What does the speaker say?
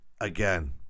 again